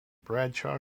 bradshaw